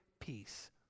peace